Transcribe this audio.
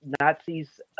Nazis